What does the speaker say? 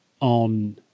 On